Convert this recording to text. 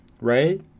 right